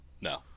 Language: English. No